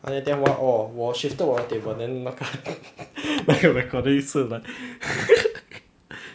ah 你电玩 orh 我 shifted 我 table then 那个那个 recording 也是 like